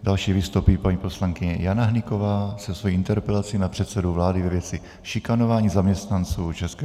Další vystoupí paní poslankyně Jana Hnyková se svou interpelací na předsedu vlády ve věci šikanování zaměstnanců ČSSZ.